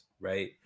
Right